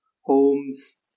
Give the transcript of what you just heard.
homes